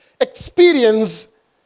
experience